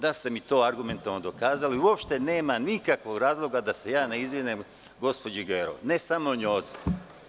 Da ste mi to argumentovano dokazali, uopšte nema nikakvog razloga da se ja ne izvinim gospođi Gerov, ne samo njoj.